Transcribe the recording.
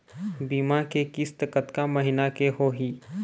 बीमा के किस्त कतका महीना के होही?